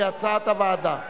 כהצעת הוועדה.